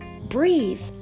breathe